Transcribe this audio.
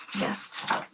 Yes